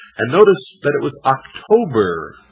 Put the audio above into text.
and notice that it was october,